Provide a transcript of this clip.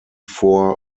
vor